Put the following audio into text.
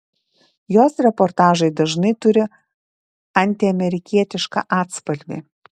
jos reportažai dažnai turi antiamerikietišką atspalvį